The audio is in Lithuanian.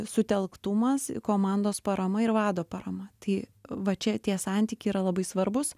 sutelktumas komandos parama ir vado parama tai va čia tie santykiai yra labai svarbūs